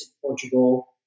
Portugal